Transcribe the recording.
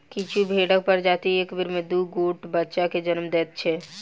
किछु भेंड़क प्रजाति एक बेर मे दू गोट बच्चा के जन्म दैत छै